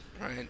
Right